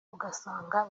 ugasanga